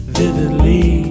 vividly